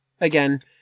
Again